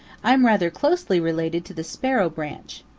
i'm rather closely related to the sparrow branch.